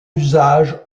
usage